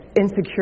insecure